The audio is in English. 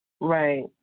Right